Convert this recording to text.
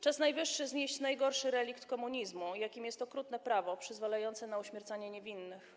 Czas najwyższy znieść najgorszy relikt komunizmu, jakim jest okrutne prawo przyzwalające na uśmiercanie niewinnych.